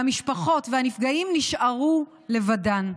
והמשפחות והנפגעים נשארו לבדם,